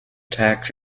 tax